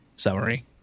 summary